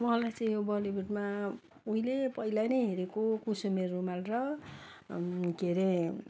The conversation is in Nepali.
मलाई चाहिँ यो बलिउडमा उहिले पहिला नै हेरेको कुसुमे रुमाल र के अरे